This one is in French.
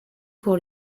pour